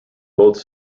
both